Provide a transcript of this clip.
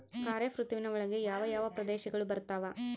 ಖಾರೇಫ್ ಋತುವಿನ ಒಳಗೆ ಯಾವ ಯಾವ ಪ್ರದೇಶಗಳು ಬರ್ತಾವ?